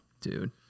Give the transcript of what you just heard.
dude